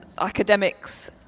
academics